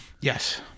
yes